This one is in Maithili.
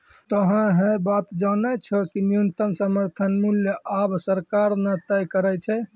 तोहों है बात जानै छौ कि न्यूनतम समर्थन मूल्य आबॅ सरकार न तय करै छै